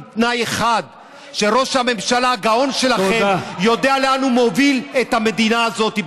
בתנאי אחד: שראש הממשלה הגאון שלכם יודע לאן הוא מוביל את המדינה הזאת.